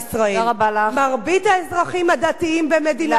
מרבית האזרחים הדתיים במדינת ישראל, מרבית הרבנים,